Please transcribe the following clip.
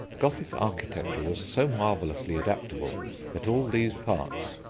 gothic architecture was so marvellously adaptable that all these parts,